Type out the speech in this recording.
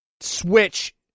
Switch